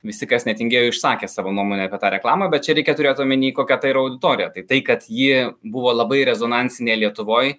visi kas netingėjo išsakė savo nuomonę apie tą reklamą bet čia reikia turėt omeny kokia tai yra auditorija tai kad ji buvo labai rezonansinė lietuvoj